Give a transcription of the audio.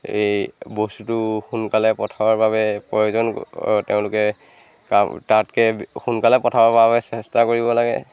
এই বস্তুটো সোনকালে পঠাবৰ বাবে প্ৰয়োজন তেওঁলোকে তা তাতকৈ সোনকালে পঠাবৰ বাবে চেষ্টা কৰিব লাগে